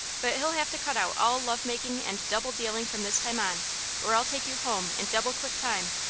but he'll have to cut out all love-making and double-dealing from this time on or i'll take you home in double-quick time.